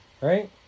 Right